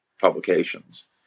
publications